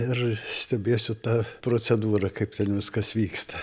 ir stebėsiu tą procedūrą kaip ten viskas vyksta